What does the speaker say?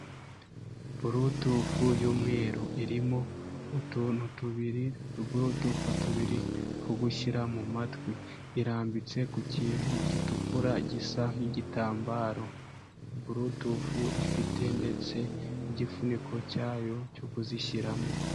Burutufu y'umweru, irimo utuntu tubiri, tugira utuntu tubiri two gushyira mu matwi, irambitse ku kintu gitukura gisa nk'igitambaro, burutufu ifite ndetse n'igifuniko cyayo cyo kuzishyiramo.